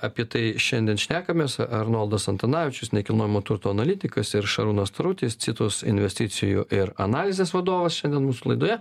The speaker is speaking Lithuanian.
apie tai šiandien šnekamės arnoldas antanavičius nekilnojamo turto analitikas ir šarūnas tarutis citus investicijų ir analizės vadovas šiandien mūsų laidoje